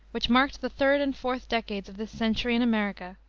which marked the third and fourth decades of this century in america,